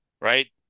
right